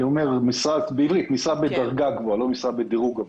משרה בדרגה גבוהה, לא משרה בדירוג גבוה,